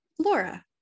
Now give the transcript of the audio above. Laura